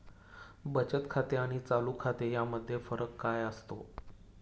बचत खाते आणि चालू खाते यामध्ये फरक काय असतो?